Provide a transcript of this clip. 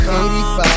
85